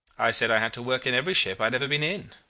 i said i had to work in every ship i had ever been in.